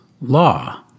law